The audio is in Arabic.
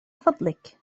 فضلك